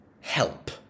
help